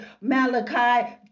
Malachi